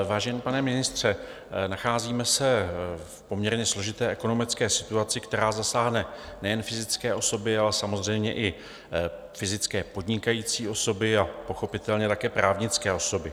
Vážený pane ministře, nacházíme se v poměrně složité ekonomické situaci, která zasáhne nejen fyzické osoby, ale samozřejmě i fyzické podnikající osoby a pochopitelně také právnické osoby.